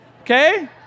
okay